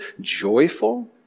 joyful